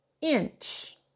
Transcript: inch